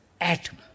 atom